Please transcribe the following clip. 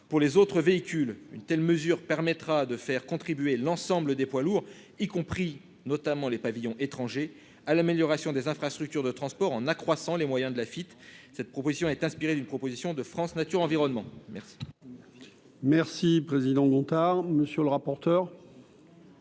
pour les autres véhicules, une telle mesure permettra de faire contribuer l'ensemble des poids lourds, y compris notamment les pavillons étrangers à l'amélioration des infrastructures de transport, en accroissant les moyens de la FIT, cette proposition est inspiré d'une proposition de France Nature Environnement, merci.